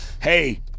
Hey